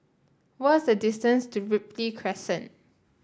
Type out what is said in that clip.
what is the distance to Ripley Crescent